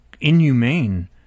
inhumane